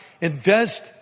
Invest